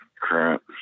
crap